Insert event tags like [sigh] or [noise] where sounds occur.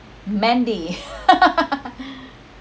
mandy [laughs]